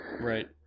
right